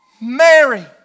Mary